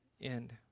end